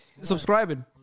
subscribing